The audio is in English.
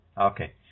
Okay